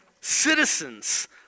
citizens